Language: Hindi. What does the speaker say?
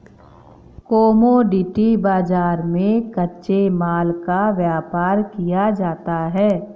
कोमोडिटी बाजार में कच्चे माल का व्यापार किया जाता है